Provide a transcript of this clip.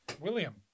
William